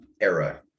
era